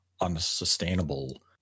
unsustainable